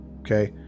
Okay